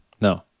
No